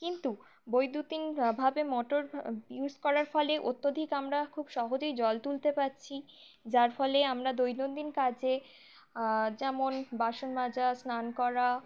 কিন্তু বৈদ্যুতিনভাবে motor use করার ফলে অত্যধিক আমরা খুব সহজেই জল তুলতে পারছি যার ফলে আমরা দৈনন্দিন কাজে যেমন বাসন মাজা স্নান করা